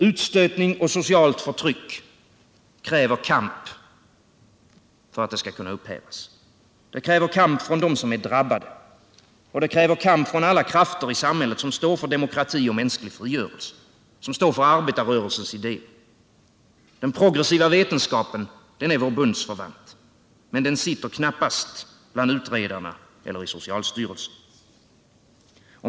Utstötning och socialt förtryck kräver kamp för att kunna upphävas — kamp från dem som är drabbade, kamp från de krafter i samhället som står för demokrati och mänsklig frigörelse, som står för arbetarrörelsens idéer. Den progressiva vetenskapen är vår bundsförvant. Och den sitter knappast bland utredarna eller i socialstyrelsen.